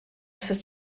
wythnos